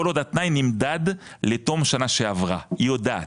כל עוד התנאי נמדד לתום שנה שעברה היא יודעת,